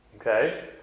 Okay